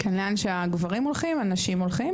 כן, לאן שהגברים הולכים הנשים הולכות.